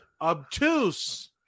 obtuse